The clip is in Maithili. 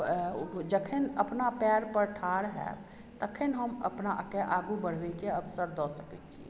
जखन अपना पएर पर ठाड़ होयब तखन हम अपना के आगू बढ़बै के अवसर दऽ सकै छियै